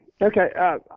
Okay